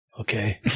Okay